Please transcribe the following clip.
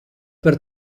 per